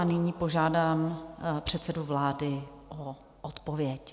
Nyní požádám předsedu vlády o odpověď.